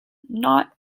not